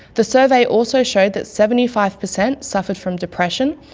the survey also showed that seventy five percent suffered from depression,